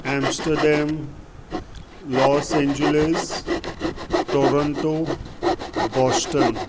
Amsterdam Los Angeles Toronto Boston